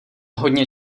hodně